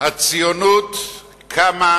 הציונות קמה